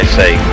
say